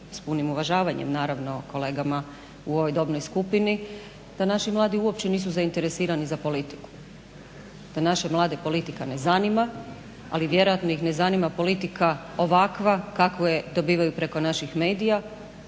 s punim uvažavanjem naravno kolegama u ovoj dobnoj skupini, da naši mladi uopće nisu zainteresirani za politiku, da naše mlade politika ne zanima, ali vjerojatno ih ne zanima politika ovakva kakvu je dobivaju preko naših medija,